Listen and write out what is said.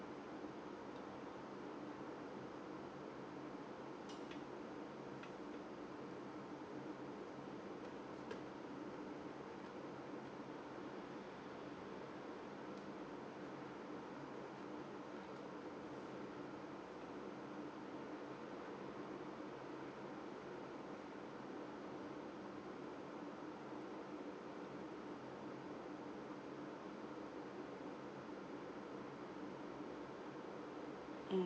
mm